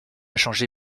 changé